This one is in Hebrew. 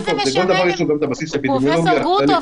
לכל דבר יש את הבסיס האפידמיולוגי שלו.